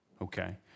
Okay